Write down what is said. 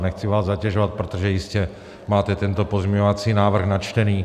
Nechci vás zatěžovat, protože jistě máte tento pozměňovací návrh načtený.